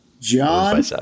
John